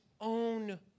own